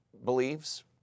believes